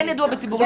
כן ידוע בציבור.